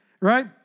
right